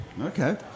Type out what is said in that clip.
Okay